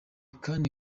kandi